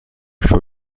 show